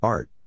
Art